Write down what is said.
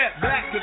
Black